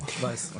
הצבעה בעד,